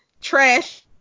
trash